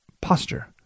posture